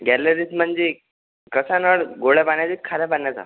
गॅलरीत म्हणजे कसा नळ गोडया पाण्याचा की खाऱ्या पाण्याचा